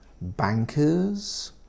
bankers